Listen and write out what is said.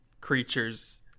creature's